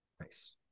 Nice